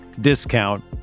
discount